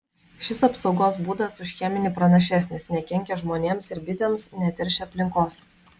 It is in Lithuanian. šis apsaugos būdas už cheminį pranašesnis nekenkia žmonėms ir bitėms neteršia aplinkos